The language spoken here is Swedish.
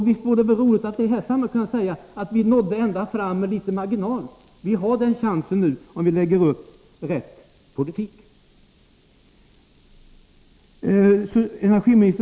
Visst vore det roligt att i det här sammanhanget kunna säga att vi nådde ända fram med litet marginal! Vi har den chansen nu, om vi lägger upp politiken rätt.